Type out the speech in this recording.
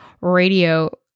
radio